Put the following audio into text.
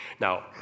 Now